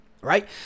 right